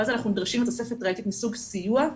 ואז אנחנו נדרשים לתוספת ראייתית מסוג סיוע,